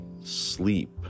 sleep